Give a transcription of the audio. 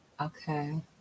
Okay